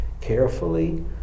carefully